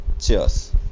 Cheers